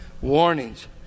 Warnings